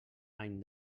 any